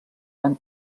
van